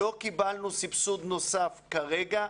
לא קיבלנו סבסוד נוסף כרגע.